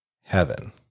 heaven